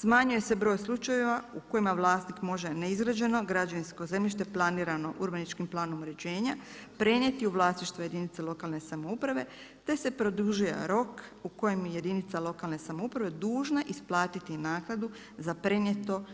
Smanjuje se broj slučajeva u kojima vlasnik može neizrađeno građevinsko zemljište planirano urbanističkim planom uređenja prenijeti u vlasništvo jedinica lokalne samouprave, te se produžuje rok u koje jedinica lokalne samouprave dužna isplatiti naknadu za prenijeto